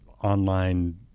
online